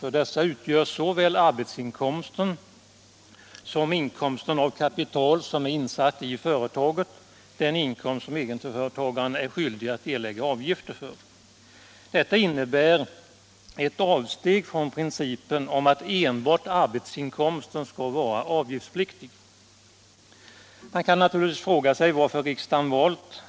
För dessa utgör såväl arbetsinkomsten som inkomst av kapital som är insatt i företaget den inkomst som egenföretagaren är skyldig att erlägga avgifter för. Detta innebär ett avsteg från principen om att enbart arbetsinkomsten skall vara avgiftspliktig. Man kan naturligtvis fråga sig varför riksdagen valt